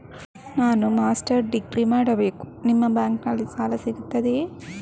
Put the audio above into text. ನಾನು master degree ಮಾಡಬೇಕು, ನಿಮ್ಮ ಬ್ಯಾಂಕಲ್ಲಿ ಸಾಲ ಸಿಗುತ್ತದೆಯೇ?